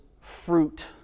fruit